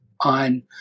on